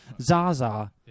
Zaza